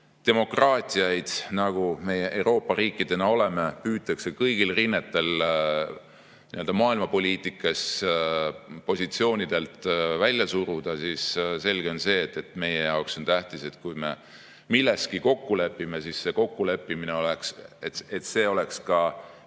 demokraatlikke riike, nagu meie Euroopa riikidena oleme, kõigil rinnetel maailmapoliitikas positsioonidelt välja suruda. Aga selge on see: meie jaoks on tähtis, et kui me milleski kokku lepime, siis see kokkuleppimine peaks olema ka